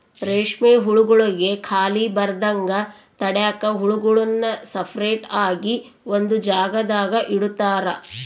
ರೇಷ್ಮೆ ಹುಳುಗುಳ್ಗೆ ಖಾಲಿ ಬರದಂಗ ತಡ್ಯಾಕ ಹುಳುಗುಳ್ನ ಸಪರೇಟ್ ಆಗಿ ಒಂದು ಜಾಗದಾಗ ಇಡುತಾರ